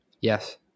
Yes